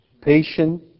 Patient